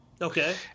Okay